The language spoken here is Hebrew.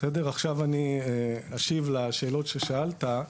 עכשיו אני אשיב לשאלות ששאלת.